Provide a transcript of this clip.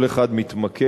כל אחד מתמקד,